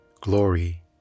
glory